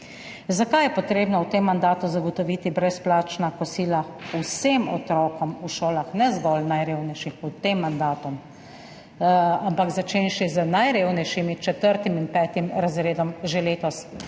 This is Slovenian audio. Zakaj je potrebno v tem mandatu zagotoviti brezplačna kosila vsem otrokom v šolah, ne zgolj najrevnejšim pod tem mandatom, ampak začenši z najrevnejšimi, četrtim in petim razredom, že letos?